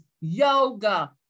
yoga